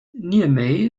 niamey